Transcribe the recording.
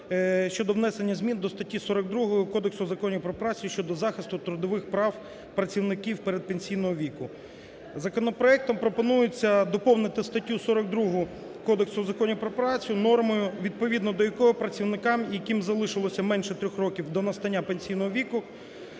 щодо внесення зміни до статті 42 Кодексу законів про працю України щодо захисту трудових прав працівників передпенсійного віку. Законопроектом пропонується доповнити статтю 42 Кодексу законів про працю нормою, відповідно до якої працівникам, яким залишилося менше 3 років до настання пенсійного віку